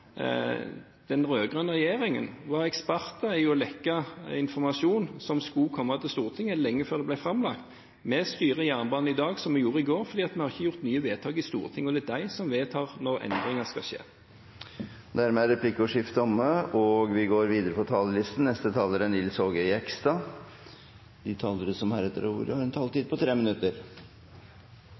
den rød-grønne regjeringen var eksperter i å lekke informasjon som skulle komme til Stortinget – lenge før det ble framlagt. Vi styrer jernbanen i dag som vi gjorde i går, fordi det ikke er gjort nye vedtak i Stortinget. Det er det som vedtar at endringer skal skje. Replikkordskiftet er omme. De talere som heretter får ordet, har en taletid på inntil 3 minutter. Det er tre